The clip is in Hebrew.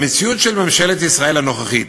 במציאות של ממשלת ישראל הנוכחית,